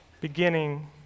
beginning